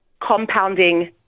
compounding